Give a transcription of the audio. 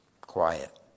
quiet